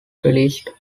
released